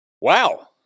Wow